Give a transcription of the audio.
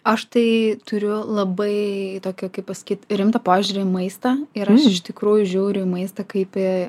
aš tai turiu labai tokį kaip pasakyt rimtą požiūrį į maistą ir iš tikrųjų žiūriu į maistą kaip į